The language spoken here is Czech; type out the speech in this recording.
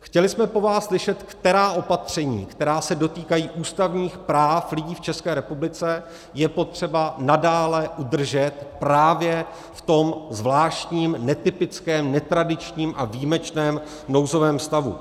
Chtěli jsme po vás slyšet, která opatření, která se dotýkají ústavních práv lidí v České republice, je potřeba nadále udržet právě v tom zvláštním, netypickém, netradičním a výjimečném nouzovém stavu.